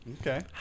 Okay